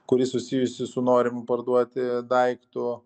kuri susijusi su norimu parduoti daiktu